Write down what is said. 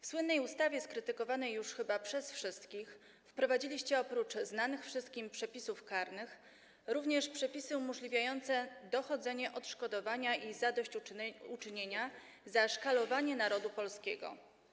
W słynnej ustawie skrytykowanej już chyba przez wszystkich wprowadziliście oprócz znanych wszystkim przepisów karnych przepisy umożliwiające dochodzenie odszkodowania i zadośćuczynienia za szkalowanie narodu polskiego.